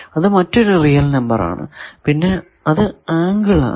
അത് മറ്റൊരു real number ആണ് പിന്നെ അത് ആംഗിൾ ആണ്